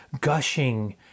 gushing